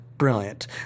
Brilliant